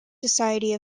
society